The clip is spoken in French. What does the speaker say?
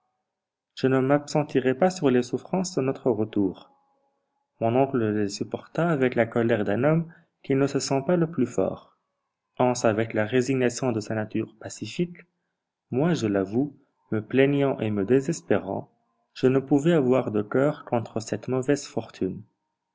je ne m'appesantirai pas sur les souffrances de notre retour mon oncle les supporta avec la colère d'un homme qui ne se sent pas le plus fort hans avec la résignation de sa nature pacifique moi je l'avoue me plaignant et me désespérant je ne pouvais avoir de coeur contre cette mauvaise fortune